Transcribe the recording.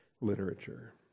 literature